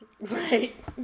Right